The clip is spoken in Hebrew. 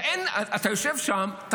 אתה יושב שם,